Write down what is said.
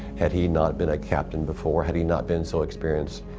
had he not been a captain before, had he not been so experienced,